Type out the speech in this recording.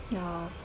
oh